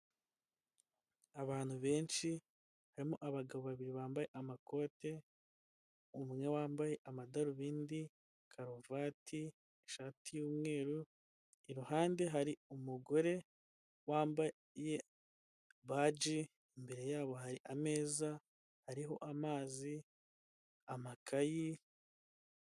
Abantu benshi harimo abagabo babiri bambaye amakoti, umwe umwe wambaye amadarubindi, karuvati, ishati y'umweru iruhande hari umugore wambaye baji, imbere yabo hari ameza ariho amazi, amakayi.